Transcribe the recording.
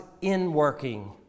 in-working